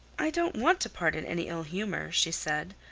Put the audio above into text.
i don't want to part in any ill humor, she said.